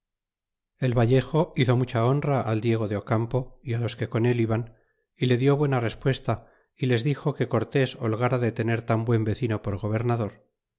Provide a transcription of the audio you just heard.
el vallejo hizo mucha honra al diego de ocampo y á los que con él iban y le die buena respuesta y les dixo que cortés holgara de tener tan buen vecino por gobernador